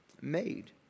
made